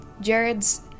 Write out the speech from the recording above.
Jared's